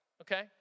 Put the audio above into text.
okay